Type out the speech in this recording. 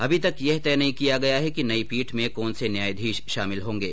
अभी तक यह तय नहीं किया गया है कि नई पीठ में कौन से न्यायाधीश शामिल होंगे